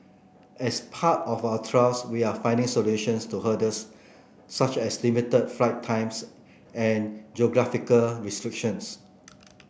as part of our trials we are finding solutions to hurdles such as limited flight times and geographical restrictions